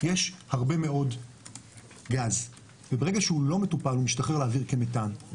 יש הרבה מאוד גז וברגע שהוא לא מטופל הוא משתחרר לאוויר כמתאן.